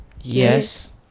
Yes